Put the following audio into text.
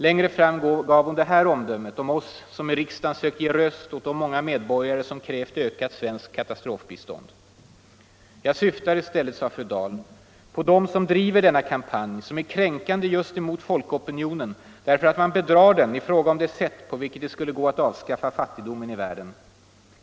Längre fram gav hon det här omdömet om oss som i riksdagen sökt ge röst åt de många medborgare som krävt ökat svenskt katastrofbistånd: ”Jag syftar i stället ——-- på dem som driver denna kampanj, som är kränkande just emot folkopinionen därför att man bedrar den i fråga om det sätt på vilket det skulle gå att avskaffa fattigdomen i världen.